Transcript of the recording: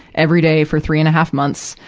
every day for three and a half months.